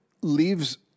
leaves